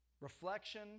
reflection